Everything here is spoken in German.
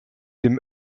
dem